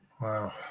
Wow